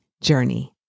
journey